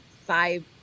five